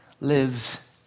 lives